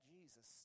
Jesus